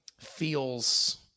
feels